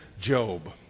Job